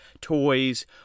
toys